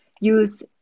use